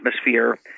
atmosphere